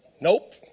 Nope